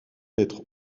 être